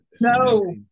no